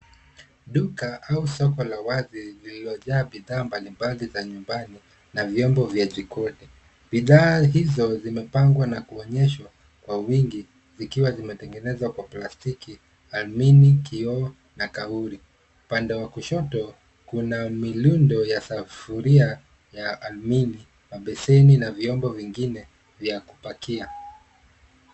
Duka au soko la wazi lililojaa bidhaa mbalimbali za nyumbani na vyombo vya jikoni. Bidhaa hizo zimepangwa na kuonyeshwa kwa wingi zikiwa zimetengenezwa kwa plastiki, alumini, kioo na kauri. Upande wa kushoto kuna milundo ya sufuria ya alumini na beseni na vyombo vingine vya kupakia.